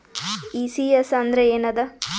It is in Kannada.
ಈ.ಸಿ.ಎಸ್ ಅಂದ್ರ ಏನದ?